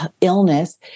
illness